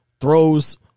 throws